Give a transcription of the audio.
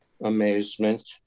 amazement